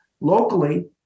Locally